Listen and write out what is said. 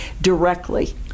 directly